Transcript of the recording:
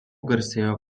garsėjo